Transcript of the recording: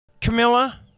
Camilla